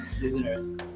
listeners